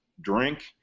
drink